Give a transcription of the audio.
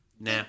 nah